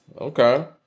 Okay